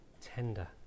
tender